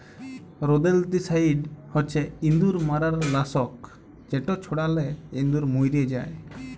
rodenticide হছে ইঁদুর মারার লাসক যেট ছড়ালে ইঁদুর মইরে যায়